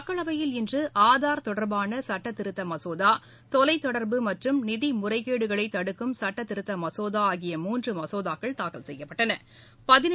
மக்களவையில் இன்று ஆதாா் தொடா்பான சட்டத் திருத்த மசோதா தொலைத்தொடா்பு மற்றும் நிதி முறைகேடுகளை தடுக்கும் சட்டத்திருத்த மசோதா ஆகிய மூன்று மசோதாக்கள் தாக்கல் செய்யப்பட்டன